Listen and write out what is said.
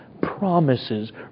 promises